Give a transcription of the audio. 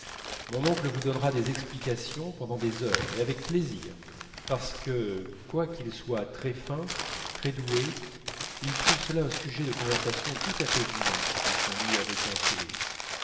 mon oncle vous donnera des explications pendant des heures et avec plaisir parce que quoiqu'il soit très fin très doué il trouve cela un sujet de conversation tout à fait vivant dit saint loup avec un sourire